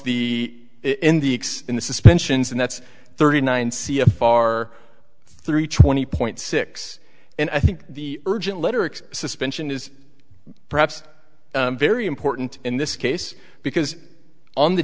the in the suspensions and that's thirty nine c f r three twenty point six and i think the urgent letter x suspension is perhaps very important in this case because on the